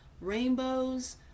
rainbows